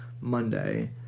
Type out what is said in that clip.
Monday